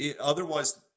otherwise